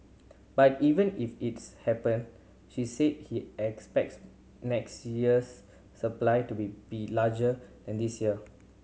but even if it's happen she said he expects next year's supply to be be larger than this year